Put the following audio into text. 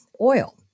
oil